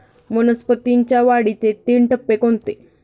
वनस्पतींच्या वाढीचे तीन टप्पे कोणते?